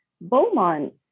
Beaumont